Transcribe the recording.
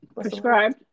Prescribed